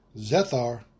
Zethar